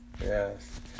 Yes